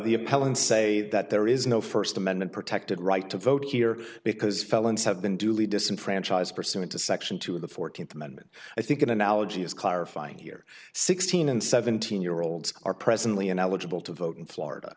the appellant's say that there is no first amendment protected right to vote here because felons have been duly disenfranchised pursuant to section two of the fourteenth amendment i think an analogy is clarifying here sixteen and seventeen year olds are presently ineligible to vote in florida